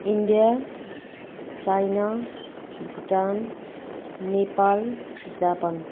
India China Bhutan Nepal Japan